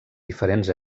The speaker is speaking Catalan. diferents